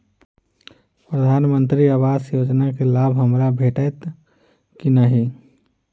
प्रधानमंत्री आवास योजना केँ लाभ हमरा भेटतय की नहि?